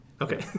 Okay